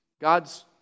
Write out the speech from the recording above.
God's